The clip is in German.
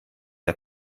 der